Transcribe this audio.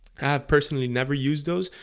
have personally never used those,